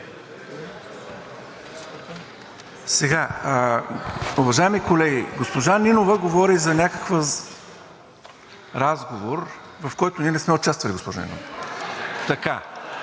(ДБ): Уважаеми колеги! Госпожа Нинова говори за някакъв разговор, в който ние не сме участвали, госпожо Нинова. (Шум